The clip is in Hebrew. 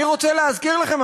אני רוצה להזכיר לכם,